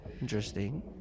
interesting